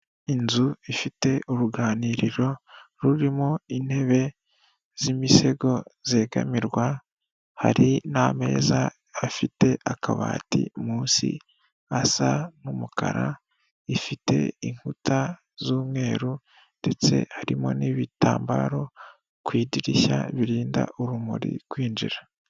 Inzu ifite uruganiriro rurimo intebe z'imisego zegamirwa, hari n'ameza afite akabati munsi asa n'umukara, ifite inkuta z'umweru ndetse harimo n'ibitambaro ku idirishya birinda urumuri kwinjira.